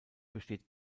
besteht